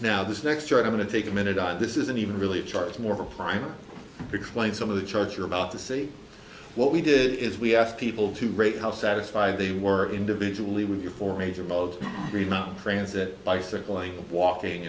now this next year i'm going to take a minute on this isn't even really a chart it's more private explain some of the charts you're about to see what we did is we asked people to rate how satisfied they were individually with your four major modes read not transit bicycling walking